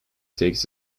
takes